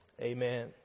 Amen